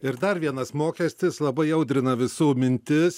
ir dar vienas mokestis labai audrina visų mintis